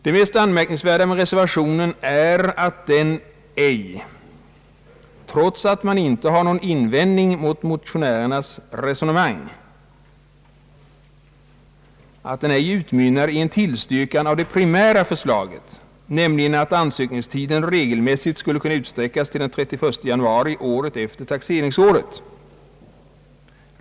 Det mest anmärkningsvärda med reservationen är att den — trots att man inte har någon invändning mot motionärernas resonemang — inte utmynnar i en tillstyrkan av det primära förslaget, nämligen att ansökningstiden regelmässigt skulle kunna utsträckas till den 31 januari året efter taxeringsåret.